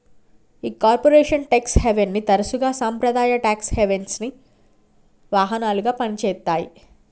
ఈ corporate tax హేవెన్ని తరసుగా సాంప్రదాయ టాక్స్ హెవెన్సి వాహనాలుగా పని చేత్తాయి